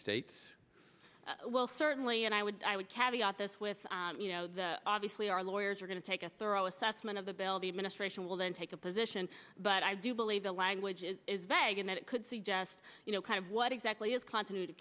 states well certainly and i would i would carry out this with you know the obviously our lawyers are going to take a thorough assessment of the bill the administration will then take a position but i do believe the language is vegan that it could suggest you know kind of what exactly is continuity